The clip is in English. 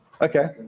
Okay